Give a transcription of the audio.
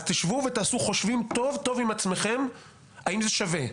אז תשבו ותעשו חושבים טוב עם עצמכם האם זה שווה.